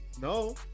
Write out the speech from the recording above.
No